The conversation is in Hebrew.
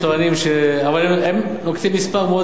אבל הם לוקחים מספר מאוד זהיר.